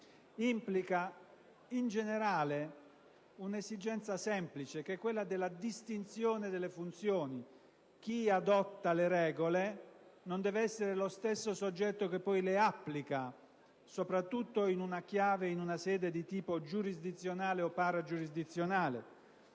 implica, in generale, un'esigenza semplice: quella della distinzione delle funzioni. Chi adotta le regole non deve essere lo stesso soggetto che le applica, soprattutto in una chiave e in una sede di tipo giurisdizionale o paragiurisdizionale.